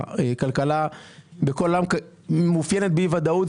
הכלכלה בכל העולם מאופיינת באי ודאות.